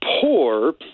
poor